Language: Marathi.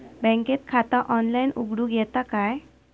बँकेत खाता ऑनलाइन उघडूक येता काय?